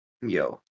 Yo